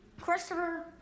Christopher